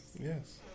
Yes